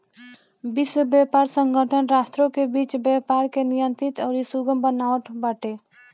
विश्व व्यापार संगठन राष्ट्रों के बीच व्यापार के नियंत्रित अउरी सुगम बनावत बाटे